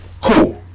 Cool